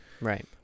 Right